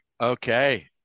Okay